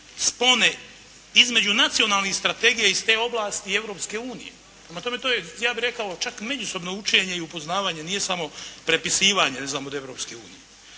spone između nacionalnih strategija iz te oblasti i Europske unije. Prema tome to je ja bih rekao čak međusobno učenje i upoznavanje. Nije samo prepisivanje ne znam od Europske unije.